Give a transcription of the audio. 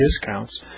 discounts